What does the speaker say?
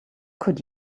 could